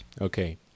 Okay